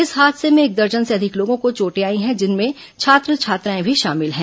इस हादसे में एक दर्जन से अधिक लोगों को चोटें आई हैं जिनमें छात्र छात्राएं भी शामिल हैं